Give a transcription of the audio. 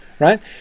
right